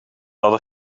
hadden